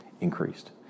increased